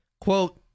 quote